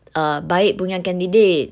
uh baik punya candidate